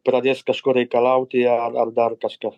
pradės kažko reikalauti ar ar dar kažką